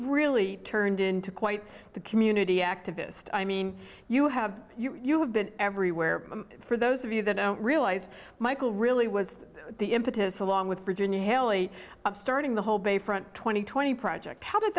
really turned into quite the community activist i mean you have you have been everywhere for those of you that don't realize michael really was the impetus along with virginia haley starting the whole bayfront twenty twenty project how did